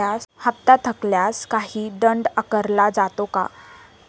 हप्ता थकल्यास काही दंड आकारला जातो का?